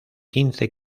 quince